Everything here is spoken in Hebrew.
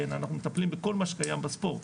אנחנו מטפלים בכל מה שקיים שבספורט.